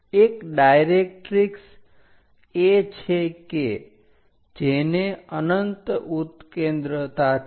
એક ડાયરેક્ટરીક્ષ એ છે કે જેને અનંત ઉત્કેન્દ્રતા છે